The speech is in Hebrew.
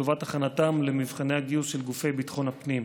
לטובת הכנתם למבחני הגיוס של גופי ביטחון הפנים.